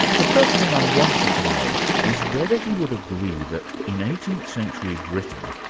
the first thing i wanted to know was whether he would agree that in eighteenth century britain,